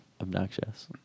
obnoxious